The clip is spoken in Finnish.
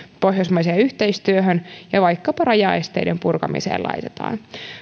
pohjoismaiseen yhteistyöhön ja vaikkapa rajaesteiden purkamiseen laitetaan